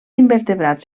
invertebrats